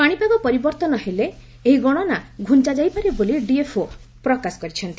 ପାଶିପାଗ ପରିବର୍ଭନ ହେଲେ ଏହି ଗଶନା ଘୁଞାଯାଇପାରେ ବୋଲି ଡିଏଫ୍ଓ ପ୍ରକାଶ କରିଛନ୍ତି